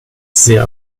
sehr